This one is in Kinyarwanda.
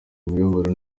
imibabaro